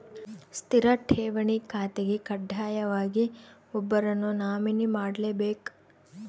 ಸ್ಥಿರ ಠೇವಣಿ ಖಾತೆಗೆ ಕಡ್ಡಾಯವಾಗಿ ಒಬ್ಬರನ್ನು ನಾಮಿನಿ ಮಾಡ್ಲೆಬೇಕ್